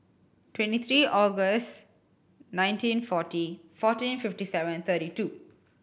twenty three August nineteen forty fourteen fifty seven thirty two